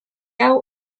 hau